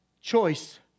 choice